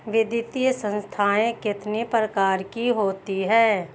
वित्तीय संस्थाएं कितने प्रकार की होती हैं?